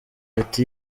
ati